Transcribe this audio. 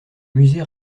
musée